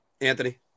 Anthony